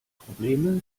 probleme